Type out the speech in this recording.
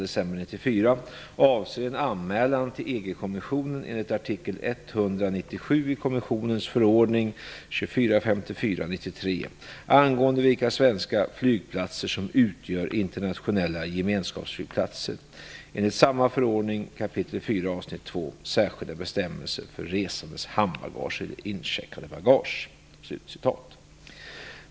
197 i kommissionens förordning 2454/93 angående vilka svenska flygplatser som utgör internationella gemenskapsflygplatser enligt samma förordning kap. 4 avsnitt 2 "Särskilda bestämmelser för resandes handbagage eller incheckade bagage".